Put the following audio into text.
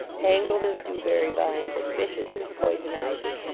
tangled as dewberry vines, and vicious as poison ivy.